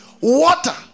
water